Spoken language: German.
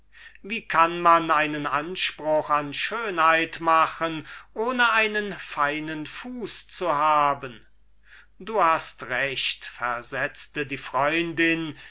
wie kann man einen anspruch an schönheit machen ohne einen feinen fuß zu haben du hast recht versetzte die freundin